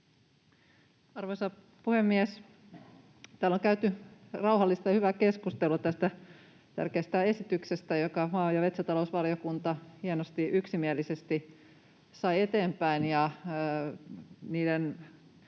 Arvoisa puhemies! Täällä on käyty rauhallista ja hyvää keskustelua tästä tärkeästä esityksestä, jonka maa- ja metsätalousvaliokunta hienosti yksimielisesti sai eteenpäin,